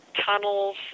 tunnels